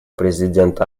президент